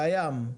קיים.